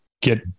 get